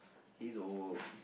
he's old